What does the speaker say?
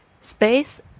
space